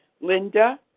Linda